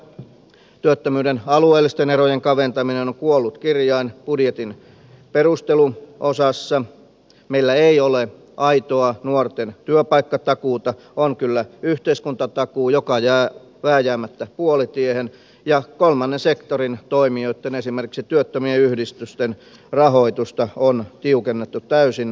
nythän on käynyt niin että työttömyyden alueellisten erojen kaventaminen on kuollut kirjain budjetin perusteluosassa missä ei ole aitoa nuorten työpaikkatakuuta on kyllä yhteiskunta takuu joka jää vääjäämättä puolitiehen ja kolmannen sektorin toimijoitten esimerkiksi työttömien yhdistysten rahoitusta on tiukennettu täysin